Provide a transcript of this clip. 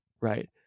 right